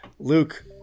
luke